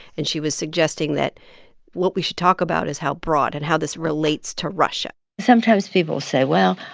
and she was suggesting that what we should talk about is how broad and how this relates to russia sometimes people say, well,